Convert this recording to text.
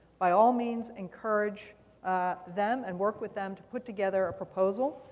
by all means encourage them. and work with them to put together a proposal.